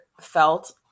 felt